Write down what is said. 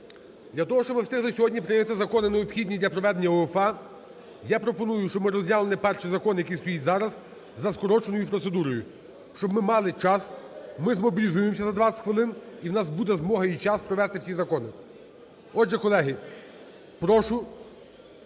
для того, щоб ми встигли сьогодні прийняти закони необхідні для проведення УЄФА, я пропоную, щоб ми розглянули перший закон, який стоїть зараз за скороченою процедурою, щоб ми мали час, ми змобілізуємося на 20 хвилин і в нас буде змога і час провести всі закони. Отже, колеги, прошу